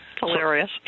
hilarious